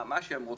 מה שהם רוצים,